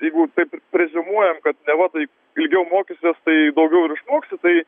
jeigu taip reziumuojam kad neva taip ilgiau mokysies tai daugiau ir išmoksi tai